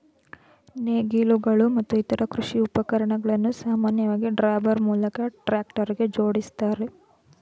ನೇಗಿಲುಗಳು ಮತ್ತು ಇತರ ಕೃಷಿ ಉಪಕರಣಗಳನ್ನು ಸಾಮಾನ್ಯವಾಗಿ ಡ್ರಾಬಾರ್ ಮೂಲಕ ಟ್ರಾಕ್ಟರ್ಗೆ ಜೋಡಿಸ್ತಾರೆ